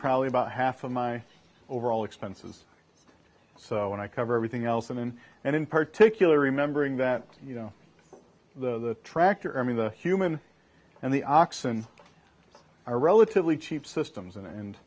probably about half of my overall expenses so i cover everything else i'm in and in particular remembering that you know the tractor i mean the human and the oxen are relatively cheap systems and and